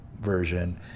version